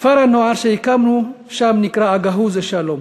כפר הנוער שהקמנו שם נקרא "אגהוזו שלום",